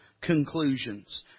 conclusions